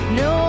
no